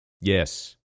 Yes